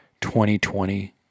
2020